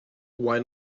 why